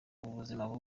buzima